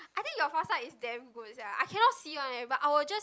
I think your foresight is damn good sia I cannot see one eh I will just